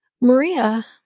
Maria